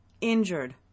injured